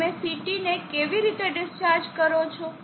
તમે CT ને કેવી રીતે ડિસ્ચાર્જ કરો છો